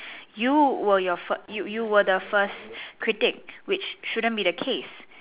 you were your first you you were the first critic which shouldn't be the case